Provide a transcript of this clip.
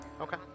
Okay